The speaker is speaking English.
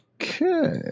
Okay